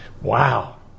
Wow